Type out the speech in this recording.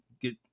get